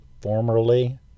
formerly